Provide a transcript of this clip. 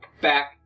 back